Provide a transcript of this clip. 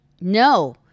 No